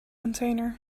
container